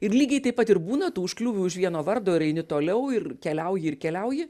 ir lygiai taip pat ir būna tu užkliūvi už vieno vardo ir eini toliau ir keliauji ir keliauji